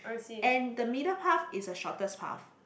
and the middle path is a shortest path